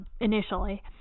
initially